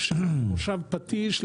במושב פטיש,